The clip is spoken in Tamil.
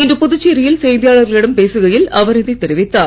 இன்று புதுச்சேரியில் செய்தியாளர்களிடம் பேசுகையில் அவர் இதை தெரிவித்தார்